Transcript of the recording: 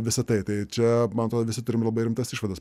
visa tai tai čia man atrodo visi turim labai rimtas išvadas